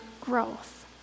growth